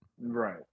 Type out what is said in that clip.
Right